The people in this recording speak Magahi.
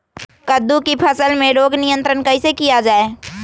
कददु की फसल में रोग नियंत्रण कैसे किया जाए?